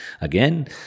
again